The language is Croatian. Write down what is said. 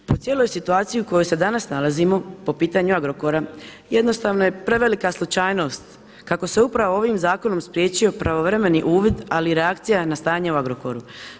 Po cijeloj situaciji u kojoj se danas nalazimo po pitanju Agrokora jednostavno je prevelika slučajnost, kako se upravo ovim zakonom spriječio pravovremeni uvid ali i reakcija na stanje u Agrokoru.